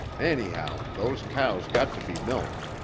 anyhow, those cows got to be milked.